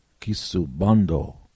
Kisubando